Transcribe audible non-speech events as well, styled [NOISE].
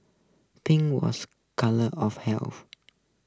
pink was colour of health [NOISE]